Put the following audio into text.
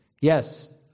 Yes